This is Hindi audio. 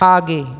आगे